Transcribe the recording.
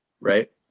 Right